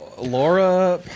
Laura